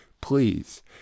Please